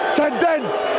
condensed